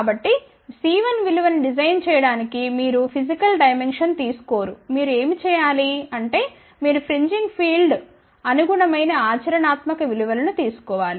కాబట్టిC1విలువ ను డిజైన్ చేయడానికి మీరు ఫిజికల్ డైమెన్క్షన్ తీసుకోరు మీరు ఏమి చేయాలి అంటే మీరు ఫ్రింజింగ్ ఫీల్డ్స్కి అనుగుణమైన ఆచరణాత్మక విలువలను తీసుకోవాలి